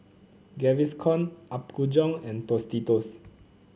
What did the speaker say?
Gaviscon Apgujeong and Tostitos